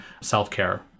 self-care